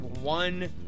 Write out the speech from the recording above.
one